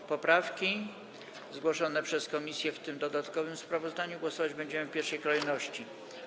Nad poprawkami zgłoszonymi przez komisję w dodatkowym sprawozdaniu głosować będziemy w pierwszej kolejności.